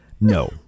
No